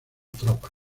tropas